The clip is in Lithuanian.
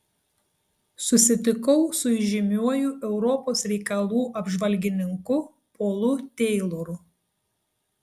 susitikau su įžymiuoju europos reikalų apžvalgininku polu teiloru